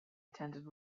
attended